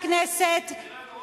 ברוב קולות.